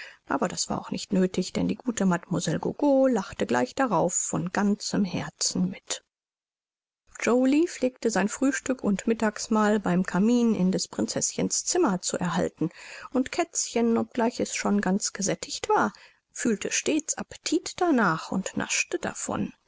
aber das war auch nicht nöthig denn die gute mademoiselle gogo lachte gleich darauf von ganzem herzen mit joly pflegte sein frühstück und mittagsmahl beim kamin in des prinzeßchens zimmer zu erhalten und kätzchen obgleich es schon ganz gesättigt war fühlte stets appetit danach und naschte davon